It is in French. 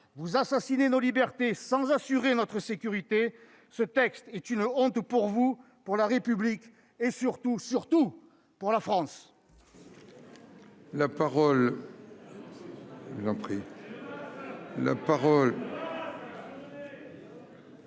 vous assassinez nos libertés sans assurer notre sécurité. Ce texte est une honte pour vous, pour la République et surtout- surtout ! -pour la France.